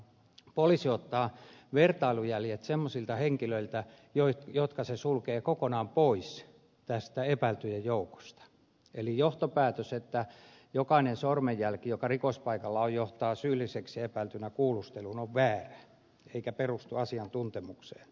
poliisi ottaa vertailujäljet semmoisilta henkilöiltä jotka se sulkee kokonaan pois tästä epäiltyjen joukosta eli johtopäätös että jokainen sormenjälki joka rikospaikalla on johtaa syylliseksi epäiltynä kuulusteluun on väärä eikä perustu asiantuntemukseen